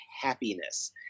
happiness